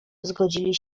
zgodzili